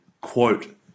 quote